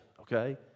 Okay